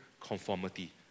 conformity